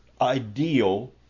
ideal